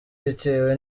bitewe